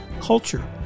culture